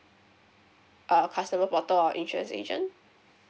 our customer portal or insurance agent